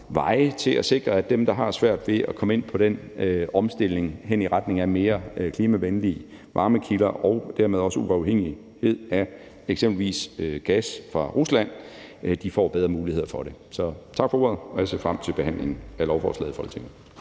veje til at sikre, at dem, der har svært ved at komme ind i omstillingen i retning af mere klimavenlige varmekilder og dermed også uafhængighed af eksempelvis gas fra Rusland, får bedre muligheder for det. Så tak for ordet, og jeg ser frem til behandlingen af lovforslaget i Folketinget.